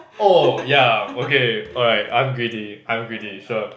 oh ya okay alright I'm greedy I'm greedy sure